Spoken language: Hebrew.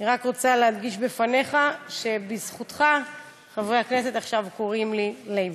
אני רק רוצה להדגיש לפניך שבזכותך חברי הכנסת עכשיו קוראים לי לייבזון.